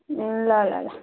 ल ल ल